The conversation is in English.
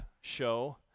show